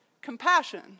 Compassion